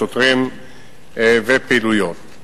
שוטרים ופעילויות.